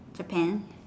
Japan